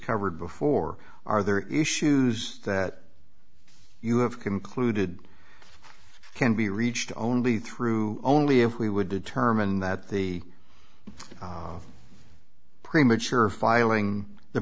covered before are there issues that you have concluded can be reached only through only if we would determine that the premature filing the